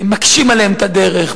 מקשים עליהם את הדרך,